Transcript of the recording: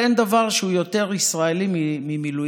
בכלל, אין דבר שהוא יותר ישראלי ממילואים.